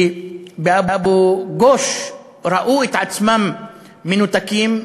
כי באבו-גוש ראו את עצמם מנותקים,